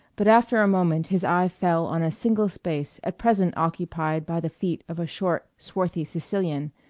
but after a moment his eye fell on a single space at present occupied by the feet of a short swarthy sicilian,